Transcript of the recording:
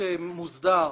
ככתבו